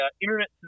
internet